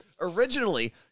Originally